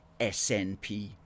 SNP